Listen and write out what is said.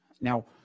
now